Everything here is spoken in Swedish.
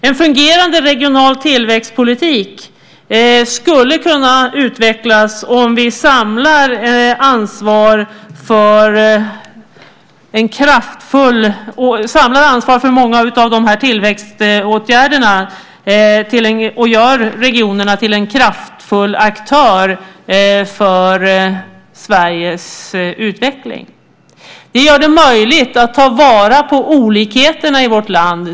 En fungerande regional tillväxtpolitik skulle kunna utvecklas om vi samlar ansvar för många av tillväxtåtgärderna och gör regionerna till kraftfulla aktörer för Sveriges utveckling. Det gör det möjligt att ta vara på olikheterna i vårt land.